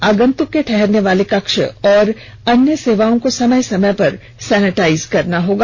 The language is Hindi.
आगंतुक के ठहरने वाले कक्ष और अन्य सेवाओं को समय समय पर सेनिटाइज करना होगा